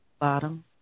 bottom